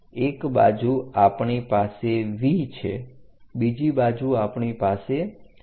એક બાજુ આપની પાસે V છે બીજી બાજુ આપણી પાસે V છે